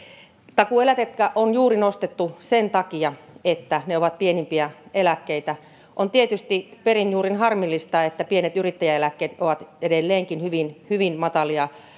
takuueläkettä on juuri nostettu sen takia että ne ovat pienimpiä eläkkeitä on tietysti perin juurin harmillista että pienet yrittäjäeläkkeet ovat edelleenkin hyvin hyvin matalia